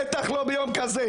בטח לא ביום כזה.